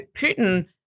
Putin